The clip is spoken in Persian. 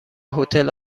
هتل